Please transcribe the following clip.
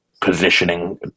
positioning